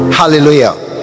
hallelujah